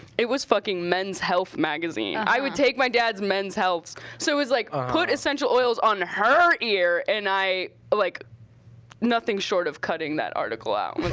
it was fucking men's health magazine. i would take my dad's men's healths, so it was like ah put essential oils on her ear, and i. like nothing short of cutting that article out and was